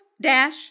Dash